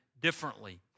differently